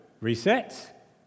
reset